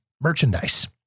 merchandise